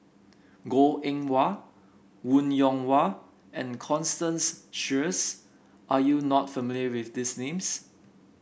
Goh Eng Wah Wong Yoon Wah and Constance Sheares are you not familiar with these names